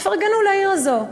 תפרגנו לעיר הזו.